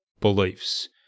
beliefs